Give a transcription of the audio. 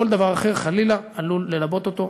כל דבר אחר חלילה עלול ללבות אותו.